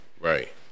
Right